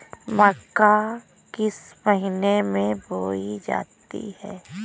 मक्का किस महीने में बोई जाती है?